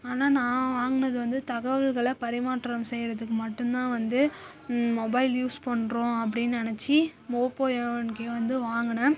ஆனால் நான் வாங்கினது வந்து தகவல்களை பரிமாற்றம் செய்யறதுக்கு மட்டும்தான் வந்து மொபைல் யூஸ் பண்கிறோம் அப்படின்னு நெனச்சு ஓப்போ ஏ ஒன் கே வந்து வாங்கினேன்